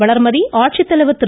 வளர்மதி ஆட்சித்தலைவர் திரு